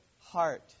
heart